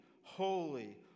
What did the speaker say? holy